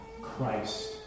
Christ